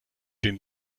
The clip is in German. den